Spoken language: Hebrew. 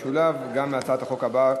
ישיב במשולב, גם על הצעת החוק הבאה,